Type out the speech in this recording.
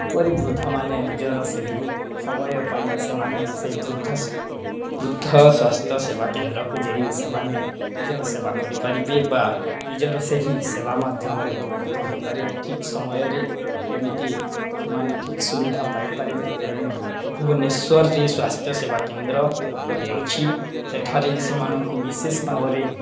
କିପରି ବୃଦ୍ଧମାନେ ନିଜର ସେହି ସମୟ ପାଇଁ ସେମାନେ ସେହି ବୃଦ୍ଧ ବୃଦ୍ଧ ସ୍ୱାସ୍ଥ୍ୟ ସେବା କେନ୍ଦ୍ରକୁ ଯାଇ ସେମାନେ ନିଜର ସେବା କରିପାରିବେ ବା ନିଜର ସେହି ସେବା ମାଧ୍ୟମରେ ଉପକୃତ ହୋଇପାରିବେ ଠିକ୍ ସମୟରେ କେମିତି ସେମାନେ ଠିକ୍ ସୁବିଧା ପାଇପାରିବେ ତେଣୁ ଭୁବନେଶ୍ୱରରେ ସ୍ୱାସ୍ଥ୍ୟ ସେବା କେନ୍ଦ୍ର ରହିଅଛି ସେଠାରେ ସେମାନଙ୍କୁ ବିଶେଷ ଭାବରେ